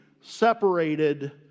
separated